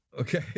okay